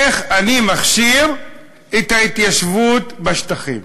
איך אני מכשיר את ההתיישבות בשטחים?